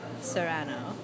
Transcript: Serrano